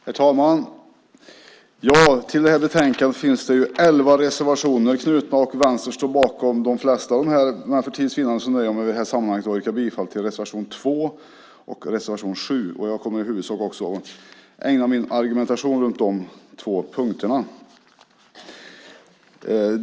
Herr talman! Till det här betänkandet finns 11 reservationer knutna, och Vänstern står bakom de flesta av dem. Men för tids vinnande nöjer jag mig i det här sammanhanget med att yrka bifall till reservation 2 och reservation 7. Jag kommer i huvudsak också att ägna min argumentation åt de två punkterna.